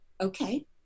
okay